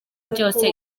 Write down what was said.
byose